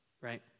right